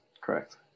correct